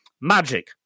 Magic